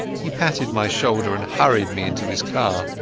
he patted my shoulder and hurried me into his car.